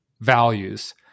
values